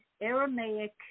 Aramaic